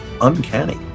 uncanny